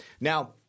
Now